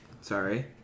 Sorry